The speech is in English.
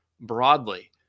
broadly